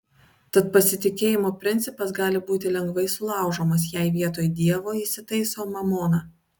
tad pasitikėjimo principas gali būti lengvai sulaužomas jei vietoj dievo įsitaiso mamona